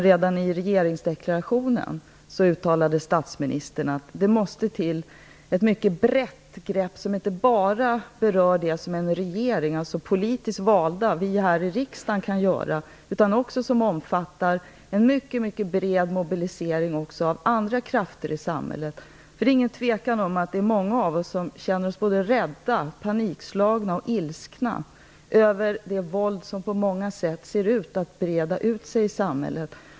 Redan i regeringsdeklarationen uttalade statsministern att det måste till ett mycket brett grepp som inte bara berör det som en regering och andra politiskt valda, som vi här i riksdagen, kan göra. Det måste också omfatta en mycket bred mobilisering av andra krafter i samhället. Det är ingen tvekan om att många av oss känner oss rädda, panikslagna och ilskna över det våld som på många sätt ser ut att breda ut sig i samhället.